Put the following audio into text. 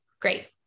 Great